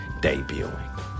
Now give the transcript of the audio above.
debuting